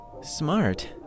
Smart